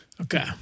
Okay